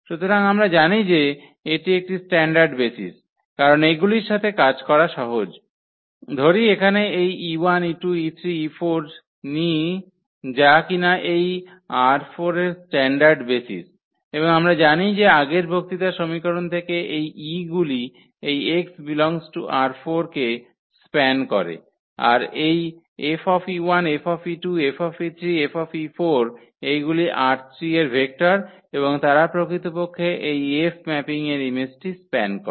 সুতরাং আমরা জানি যে এটি একটি স্ট্যান্ডার্ড বেসিস কারণ এগুলির সাথে কাজ করা সহজ ধরি এখানে এই e1 e2 e3 e4 নিই যা কিনা এই ℝ4 এর স্ট্যান্ডার্ড বেসিস এবং আমরা জানি যে আগের বক্তৃতার সমীকরণ থেকে যে এই e গুলি এই x∈ℝ4 কে স্প্যান করে আর এই 𝐹 𝐹 𝐹 𝐹 এগুলি এই ℝ3 এর ভেক্টর এবং তারা প্রকৃতপক্ষে এই 𝐹 ম্যাপিংয়ের ইমেজটি স্প্যান করে